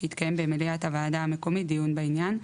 שיתקיים במליאה הוועדה המקומית דיון בעניין,